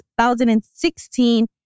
2016